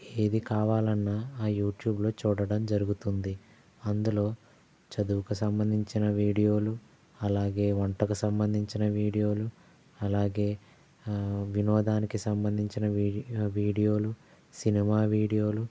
ఏది కావాలన్న ఆ యూట్యూబ్లో చూడటం జరుగుతుంది అందులో చదువుకి సంబంధించిన వీడియోలు ఆలాగే వంటకి సంబంధించిన వీడియోలు ఆలాగే వినోదానికి సంబంధించిన వీడియోలు సినిమా వీడియోలు